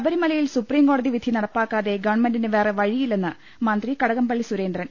ശബരിമലയിൽ സുപ്രീംകോടതി വിധി നടപ്പാക്കാതെ ഗവൺമെന്റിന് വേറെ വഴിയില്ലെന്ന് മന്ത്രി കടകംപള്ളി സുരേ ന്ദ്രൻ